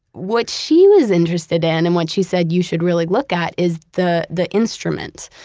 what she was interested in, and what she said you should really look at is the the instrument.